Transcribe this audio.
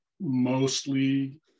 mostly